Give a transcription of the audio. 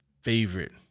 favorite